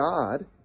God